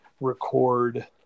record